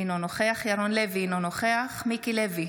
אינו נוכח ירון לוי, אינו נוכח מיקי לוי,